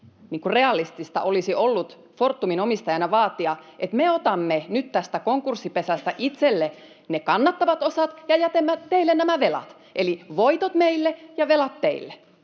kuinka realistista olisi ollut Fortumin omistajana vaatia, että me otamme nyt tästä konkurssipesästä itsellemme ne kannattavat osat ja jätämme teille nämä velat, eli voitot meille ja velat teille.